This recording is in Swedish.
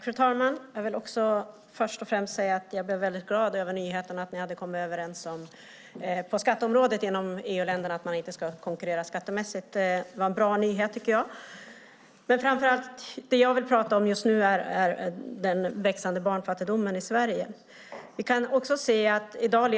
Fru talman! Jag vill också först och främst säga att jag blev väldigt glad över nyheten att ni hade kommit överens på skatteområdet inom EU-länderna om att man inte ska konkurrera skattemässigt. Det var en bra nyhet. Det jag framför allt vill prata om just nu är den växande barnfattigdomen i Sverige. Vi kan se att